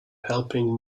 helping